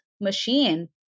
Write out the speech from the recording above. machine